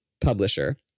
publisher